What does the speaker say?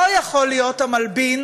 לא יכול להיות המלבין